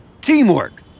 Teamwork